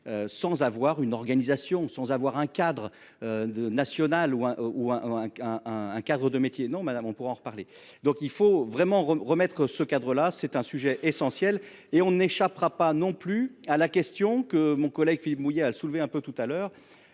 Sans avoir une organisation sans avoir un cadre. National ou un, ou un, un, un cadre de métier non madame, on pourra en reparler. Donc il faut vraiment remettre ce cadre là, c'est un sujet essentiel et on n'échappera pas non plus à la question que mon collègue Philippe mouiller a soulevé un peu tout à l'heure.